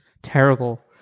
terrible